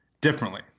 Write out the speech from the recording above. differently